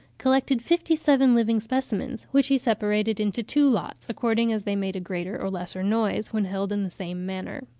collected fifty-seven living specimens, which he separated into two lots, according as they made a greater or lesser noise, when held in the same manner.